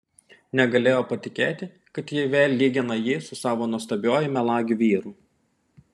negalėjo patikėti kad ji vėl lygina jį su savo nuostabiuoju melagiu vyru